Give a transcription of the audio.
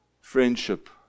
Friendship